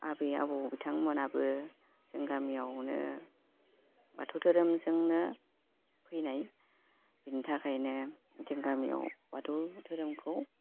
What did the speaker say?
आबै आबौ बिथिंमोनहाबो जों गामियावनो बाथौ धोरोमजोंनो फैनाय बिनि थाखायनो जों गामियाव बाथौ धोरोमखौ